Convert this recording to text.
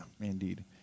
indeed